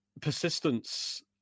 persistence